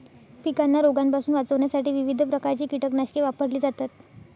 पिकांना रोगांपासून वाचवण्यासाठी विविध प्रकारची कीटकनाशके वापरली जातात